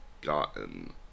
gotten